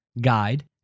guide